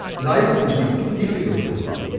life has been too difficult for them,